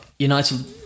United